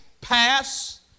pass